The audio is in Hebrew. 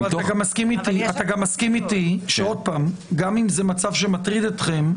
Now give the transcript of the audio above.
אתה גם מסכים איתי שגם אם זה מצב שמטריד אתכם,